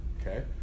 okay